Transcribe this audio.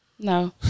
No